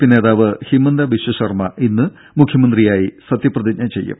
P നേതാവ് ഹിമന്ദ ബിശ്വ ശർമ്മ ഇന്ന് മുഖ്യമന്ത്രിയായി സത്യപ്രതിജ്ഞ ചെയ്യും